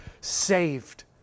saved